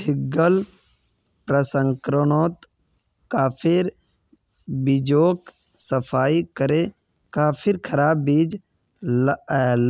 भीन्गाल प्रशंस्कर्नोत काफिर बीजोक सफाई करे काफिर खराब बीज